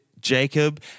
Jacob